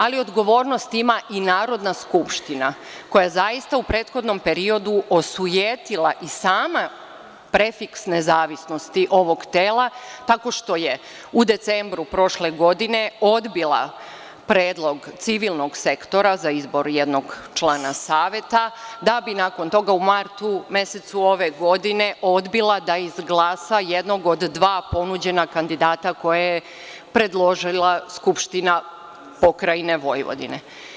Ali, odgovornost ima i Narodna skupština koja je zaista u prethodnom periodu osujetila i sama prefiks nezavisnosti ovog tela, tako što je u decembru prošle godine odbila predlog civilnog sektora za izbor jednog člana Saveta, da bi nakon toga u martu mesecu ove godine odbila da izglasa jednog od dva ponuđena kandidata koje je predložila Skupština AP Vojvodine.